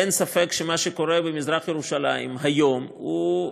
אין ספק שמה שקורה במזרח-ירושלים היום הוא,